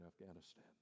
Afghanistan